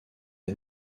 lui